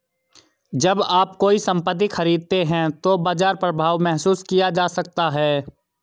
जब आप कोई संपत्ति खरीदते हैं तो बाजार प्रभाव महसूस किया जा सकता है